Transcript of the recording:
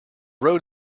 road